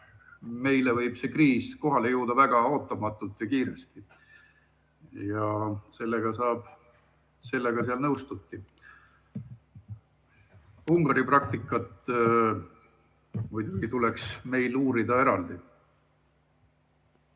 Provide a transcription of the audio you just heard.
meile võib see kriis kohale jõuda väga ootamatult ja kiiresti. Sellega seal nõustuti. Ungari praktikat muidugi tuleks meil uurida eraldi.